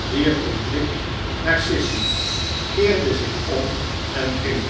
wierp een blik naar sissy keerde zich om en ging